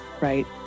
right